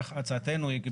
הצעתנו היא,